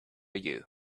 you